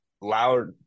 loud